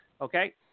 okay